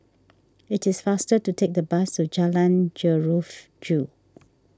it is faster to take the bus to Jalan Jeruju